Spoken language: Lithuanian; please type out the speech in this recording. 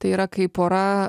tai yra kaip pora